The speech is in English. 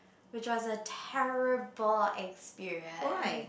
which was a terrible experience